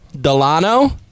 Delano